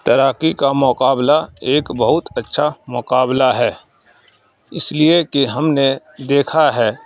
تیراکی کا مقابلہ ایک بہت اچھا مقابلہ ہے اس لیے کہ ہم نے دیکھا ہے